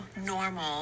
normal